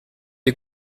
des